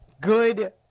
good